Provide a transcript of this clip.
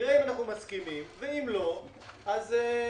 נראה אם אנחנו מסכימים, ואם לא, חקיקה.